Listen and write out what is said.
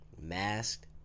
Masked